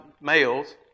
males